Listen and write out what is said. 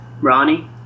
Ronnie